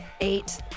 eight